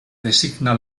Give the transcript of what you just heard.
designa